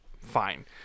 fine